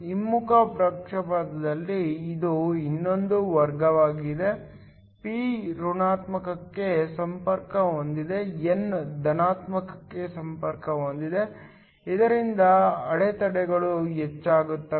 ಹಿಮ್ಮುಖ ಪಕ್ಷಪಾತದಲ್ಲಿ ಇದು ಇನ್ನೊಂದು ಮಾರ್ಗವಾಗಿದೆ p ಋಣಾತ್ಮಕಕ್ಕೆ ಸಂಪರ್ಕ ಹೊಂದಿದೆ n ಧನಾತ್ಮಕಕ್ಕೆ ಸಂಪರ್ಕ ಹೊಂದಿದೆ ಇದರಿಂದ ಅಡೆತಡೆಗಳು ಹೆಚ್ಚಾಗುತ್ತವೆ